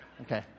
Okay